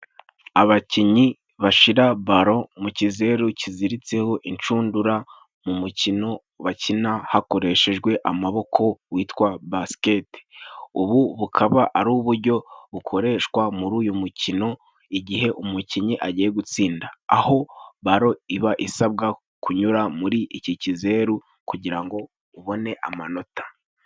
Abakinnyi bashira baro mu kizeru kiziritseho inshundura ,mu mukino bakina hakoreshejwe amaboko witwa basiketi. Ubu bukaba ari uburyo bukoreshwa muri uyu mukino igihe umukinnyi agiye gutsinda, aho baro iba isabwa kunyura muri iki kizeru kugira ngo ubone amanota.